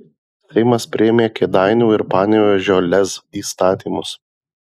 seimas priėmė kėdainių ir panevėžio lez įstatymus